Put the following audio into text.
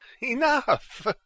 enough